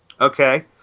Okay